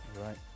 right